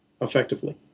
effectively